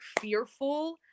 fearful